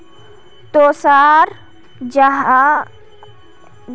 तोसार यहाँ नियमेर ख्याल नहीं रखाल जा छेक